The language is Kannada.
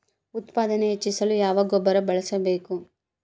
ಉತ್ಪಾದನೆ ಹೆಚ್ಚಿಸಲು ಯಾವ ಗೊಬ್ಬರ ಬಳಸಬೇಕು?